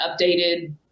updated